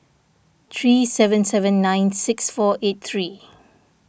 three seven seven nine six four eight three